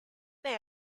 they